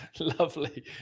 Lovely